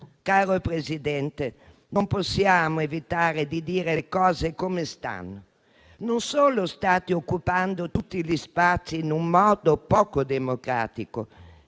Cara Presidente, non possiamo evitare di dire le cose come stanno. Non solo si stanno occupando tutti gli spazi in un modo poco democratico